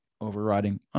overriding